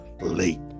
late